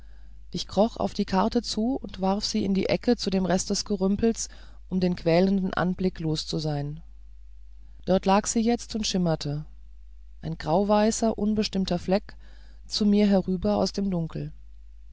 ich kroch auf die karte zu und warf sie in die ecke zu dem rest des gerümpels um den quälenden anblick los zu sein dort lag sie jetzt und schimmerte ein grauweißer unbestimmter fleck zu mir herüber aus dem dunkel